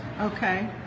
Okay